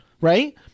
right